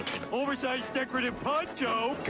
an oversized decorative poncho!